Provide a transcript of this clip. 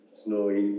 snowy